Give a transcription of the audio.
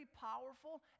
powerful